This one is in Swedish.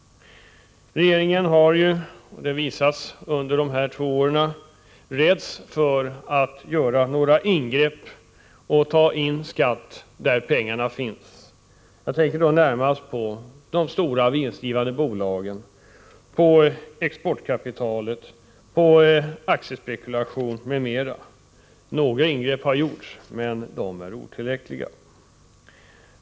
Regeringen räds — det har visat sig under dessa två år — att göra ingrepp för att ta in skatt där pengarna finns. Jag tänker då närmast på de stora vinstgivande bolagen, på exportkapitalet, på aktiespekulation m.m. Några ingrepp har gjorts, men de är otillräckliga.